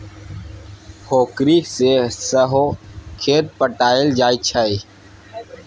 पोखरि सँ सहो खेत पटाएल जाइ छै